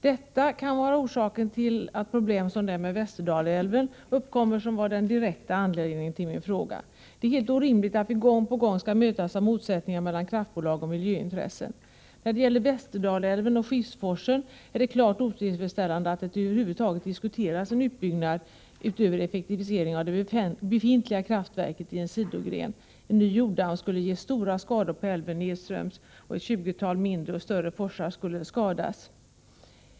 Detta kan vara orsaken till att problem som de med Västerdalälven uppkommer, vilket också var den direkta anledningen till min fråga. Det är helt orimligt att vi gång på gång skall mötas av motsättningar mellan kraftbolag och miljöintressen. När det gäller Västerdalälven och Skiffsforsen är det klart otillfredsställande att det över huvud taget diskuteras en utbyggnad utöver effektivisering av det befintliga kraftverket i en sidogren. En ny jorddamm skulle medföra stora skador på älven nedströms, och ett tjugotal mindre och större forsar skulle skadas.